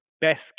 best